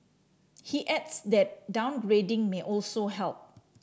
he adds that downgrading may also help